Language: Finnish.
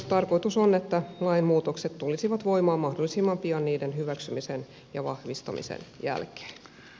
tarkoitus on että lainmuutokset tulisivat voimaan mahdollisimman pian niiden hyväksymisen ja vahvistamisen jälkeen